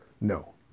No